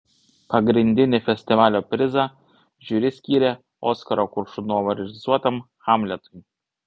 pagrindinį festivalio prizą žiuri skyrė oskaro koršunovo režisuotam hamletui